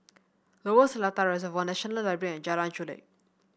Lower Seletar Reservoir National Library and Jalan Chulek